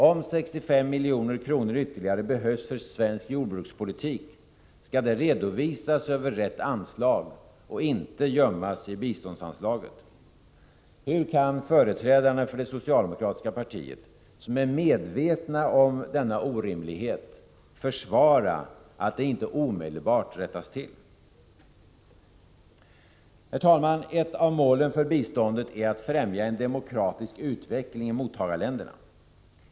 Om 65 milj.kr. ytterligare behövs för svensk jordbrukspolitik, så skall detta redovisas över rätt anslag och inte gömmas i biståndsanslaget. Hur kan företrädarna för det socialdemokratiska partiet, som är medvetet om denna orimlighet, försvara att den inte omedelbart rättas till? Herr talman! Ett av målen för biståndet är att främja en demokratisk utveckling i mottagarländerna.